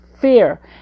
fear